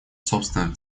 собственном